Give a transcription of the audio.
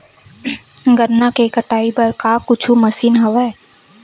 गन्ना के कटाई बर का कुछु मशीन हवय?